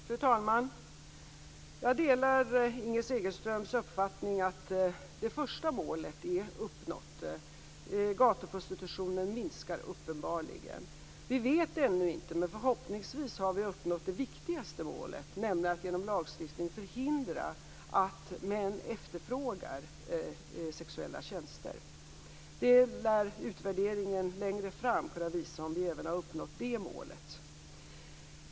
Fru talman! Jag delar Inger Segelströms uppfattning att det första målet är uppnått. Gatuprostitutionen minskar uppenbarligen. Vi vet ännu inte, men förhoppningsvis har vi uppnått det viktigaste målet, nämligen att genom lagstiftning förhindra att män efterfrågar sexuella tjänster. Utvärderingen längre fram lär kunna visa om vi även har uppnått det målet.